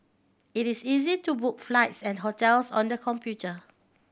it is easy to book flights and hotels on the computer